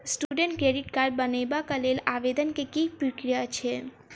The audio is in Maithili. स्टूडेंट क्रेडिट कार्ड बनेबाक लेल आवेदन केँ की प्रक्रिया छै?